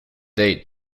date